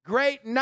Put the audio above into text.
Great